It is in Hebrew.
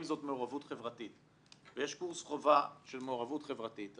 זאת מעורבות חברתית ויש קורס חובה של מעורבות חברתית,